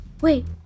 Wait